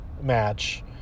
match